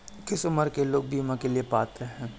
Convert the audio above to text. किस उम्र के लोग बीमा के लिए पात्र हैं?